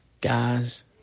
guys